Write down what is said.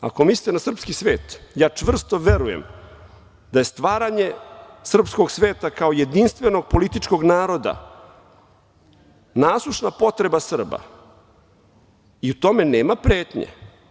Ako mislite na srpski svet, ja čvrsto verujem da je stvaranje srpskog sveta kao jedinstvenog političkog naroda nasušna potreba Srba i u tome nema pretnje.